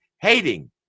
hating